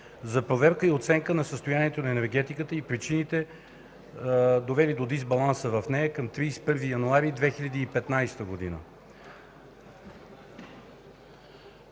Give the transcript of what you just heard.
за проверка и оценка на състоянието на енергетиката и причините, довели до дисбаланса в нея към 31 януари 2015 г.